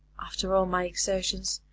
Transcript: after all my exertions,